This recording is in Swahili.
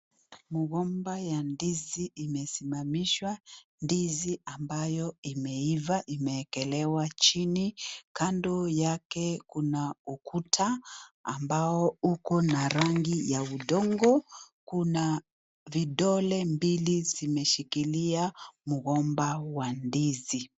Mgomba ya ndizi imesimamishwa. Ndizi ambayo imeiva imewekelewa chini. Kando yake, kuna ukuta ambao uko na rangi ya udongo. Kuna vidole mbili zimeshikiliwa mgomba wa ndizi.